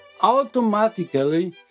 automatically